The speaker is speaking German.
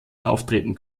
auftreten